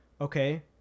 okay